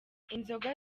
inzoga